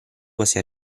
quasi